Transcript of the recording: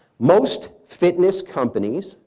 most fitness companies,